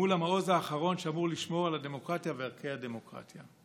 המעוז האחרון שאמור לשמור על הדמוקרטיה וערכי הדמוקרטיה?